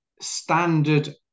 standard